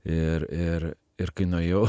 ir ir ir kai nuėjau